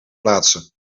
plaatsen